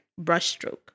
brushstroke